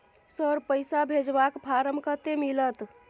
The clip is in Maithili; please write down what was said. सर, पैसा भेजबाक फारम कत्ते मिलत?